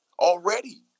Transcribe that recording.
already